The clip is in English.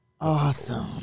Awesome